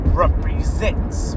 represents